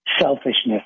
selfishness